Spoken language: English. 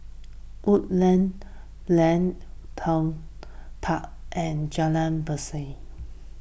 Woodleigh Lane Woollerton Park and Jalan Berseri